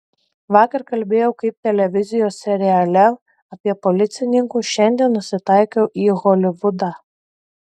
vakar kalbėjau kaip televizijos seriale apie policininkus šiandien nusitaikiau į holivudą